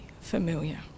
familiar